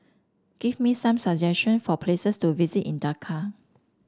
give me some suggestion for places to visit in Dhaka